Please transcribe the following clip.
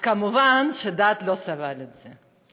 כמובן, הדעת לא סבלה את זה,